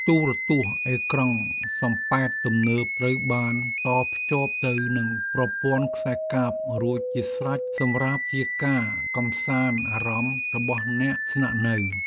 ទូរទស្សន៍អេក្រង់សំប៉ែតទំនើបត្រូវបានតភ្ជាប់ទៅនឹងប្រព័ន្ធខ្សែកាបរួចជាស្រេចសម្រាប់ជាការកម្សាន្តអារម្មណ៍របស់អ្នកស្នាក់នៅ។